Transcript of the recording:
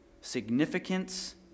significance